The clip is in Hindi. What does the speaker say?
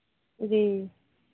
जी